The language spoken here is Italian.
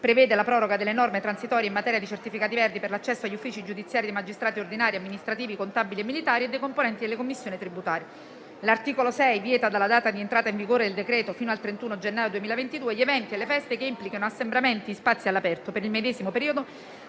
prevede la proroga delle norme transitorie in materia di certificati verdi per l'accesso agli uffici giudiziari dei magistrati ordinari, amministrativi, contabili e militari e dei componenti delle commissioni tributarie. L'articolo 6 vieta, dalla data di entrata in vigore del decreto-legge fino al 31 gennaio 2022, gli eventi e le feste che implicano assembramenti in spazi all'aperto. Per il medesimo periodo